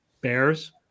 Bears